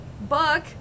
Buck